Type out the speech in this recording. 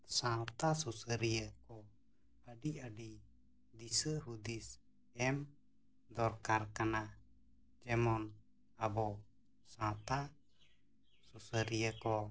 ᱥᱟᱶᱛᱟ ᱥᱩᱥᱟᱹᱨᱤᱭᱟᱹ ᱠᱚ ᱟᱹᱰᱤᱼᱟᱹᱰᱤ ᱫᱤᱥᱟᱹᱼᱦᱩᱫᱤᱥ ᱮᱢ ᱫᱚᱨᱠᱟᱨ ᱠᱟᱱᱟ ᱡᱮᱢᱚᱱ ᱟᱵᱚ ᱥᱟᱶᱛᱟ ᱥᱩᱥᱟᱹᱨᱤᱭᱟᱹ ᱠᱚ